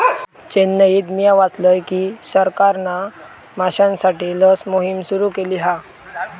चेन्नईत मिया वाचलय की सरकारना माश्यांसाठी लस मोहिम सुरू केली हा